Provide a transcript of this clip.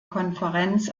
konferenz